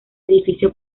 edificio